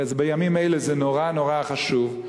ובימים אלה זה נורא נורא חשוב,